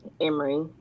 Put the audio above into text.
Emory